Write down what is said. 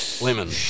lemon